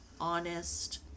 honest